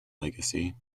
legacy